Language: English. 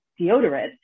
deodorant